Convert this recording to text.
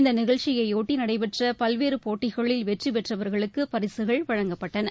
இந்த நிகழ்ச்சியையொட்டி நடைபெற்ற பல்வேறு போட்டிகளில் வெற்றிபெற்றவர்களுக்கு பரிசுகள் வழங்கப்பட்டன